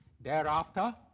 Thereafter